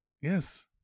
Yes